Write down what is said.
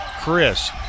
Chris